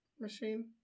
machine